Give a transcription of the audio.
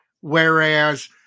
whereas